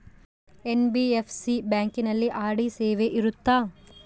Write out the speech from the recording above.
NBFC ಬ್ಯಾಂಕಿನಲ್ಲಿ RD ಸೇವೆ ಇರುತ್ತಾ?